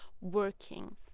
working